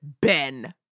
Ben